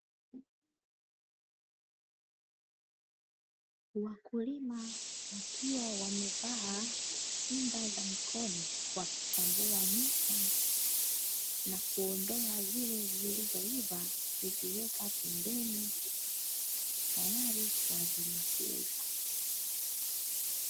Wakulima wakiwa wamevaa kinga za mikono wakichambua nyanya na kuondoa zile zilizoiva, kuziweka pembeni tayari kwa ajili ya kuuza.